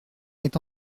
est